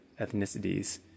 ethnicities